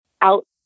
out